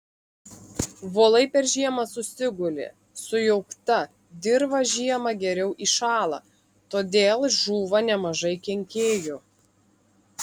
volai per žiemą susiguli sujaukta dirva žiemą geriau įšąla todėl žūva nemažai kenkėjų